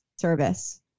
service